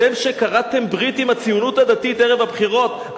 אתם שכרתתם ברית עם הציונות הדתית ערב הבחירות,